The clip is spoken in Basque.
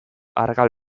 argal